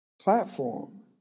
platform